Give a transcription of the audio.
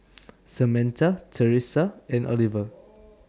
Samantha Thresa and Oliver